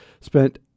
spent